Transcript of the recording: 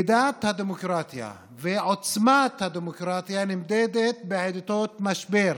מידת הדמוקרטיה ועוצמת הדמוקרטיה נמדדות בעיתות משבר.